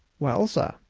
well, sir,